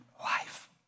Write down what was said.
life